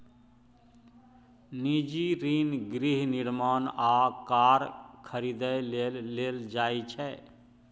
निजी ऋण गृह निर्माण आ कार खरीदै लेल लेल जाइ छै